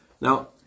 Now